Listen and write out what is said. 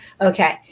okay